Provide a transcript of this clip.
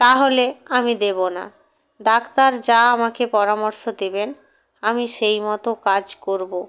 তাহলে আমি দেবো না ডাক্তার যা আমাখে পরামর্শ দেবেন আমি সেই মতো কাজ করবো